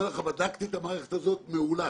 בדקתי את המערכת והיא מעולה,